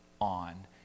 on